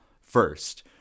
first